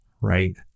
right